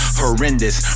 horrendous